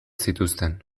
zituzten